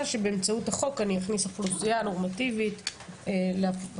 שבאמצעות החוק אני אהפוך אוכלוסייה נורמטיבית לעבריינים.